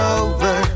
over